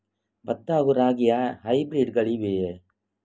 ಭತ್ತ ಹಾಗೂ ರಾಗಿಯ ಹೈಬ್ರಿಡ್ ಗಳಿವೆಯೇ?